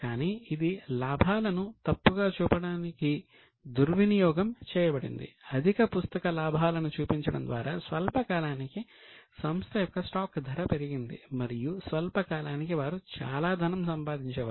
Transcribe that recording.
కాని ఇది లాభాలను తప్పుగా చూపడానికి దుర్వినియోగం చేయబడింది అధిక పుస్తక లాభాలను చూపించడం ద్వారా స్వల్ప కాలానికి సంస్థ యొక్క స్టాక్ ధర పెరిగింది మరియు స్వల్ప కాలానికి వారు చాలా ధనం సంపాదించేవారు